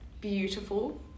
beautiful